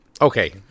Okay